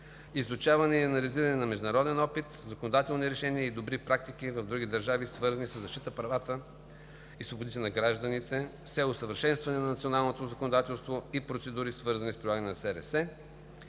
изучаване и анализиране на международен опит, законодателни решения и добри практики в други държави, свързани със защита правата и свободите на гражданите, с цел усъвършенстване на националното законодателство и процедури, свързани с прилагане на СРС;